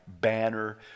banner